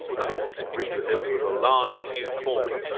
as i disagreed with him there was a large queue forming.